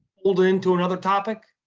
pulled into another topic?